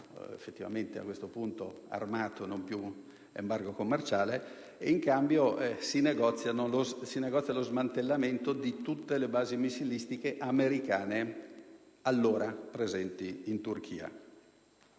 effettivamente, a questo punto, armata, e non più embargo commerciale; in cambio si negozia lo smantellamento di tutte le basi missilistiche americane allora presenti in Turchia.